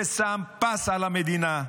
ששם פס על המדינה.